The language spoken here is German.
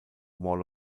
wall